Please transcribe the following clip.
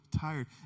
tired